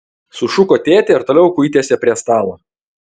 sušuko tėtė ir toliau kuitėsi prie stalo